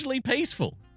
peaceful